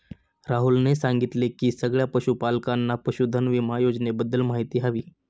राहुलने सांगितले की सगळ्या पशूपालकांना पशुधन विमा योजनेबद्दल माहिती हवी